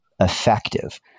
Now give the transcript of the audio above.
effective